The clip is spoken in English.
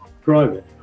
private